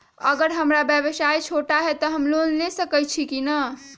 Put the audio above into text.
अगर हमर व्यवसाय छोटा है त हम लोन ले सकईछी की न?